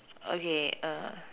okay